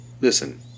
Listen